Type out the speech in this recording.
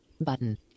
Button